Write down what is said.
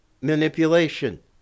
manipulation